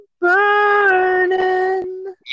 burning